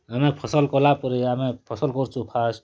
ଆମେ ଫସଲ କଲା ପରେ ଆମେ ଫସଲ କରୁଛୁ ଫାଷ୍ଟ୍